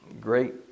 great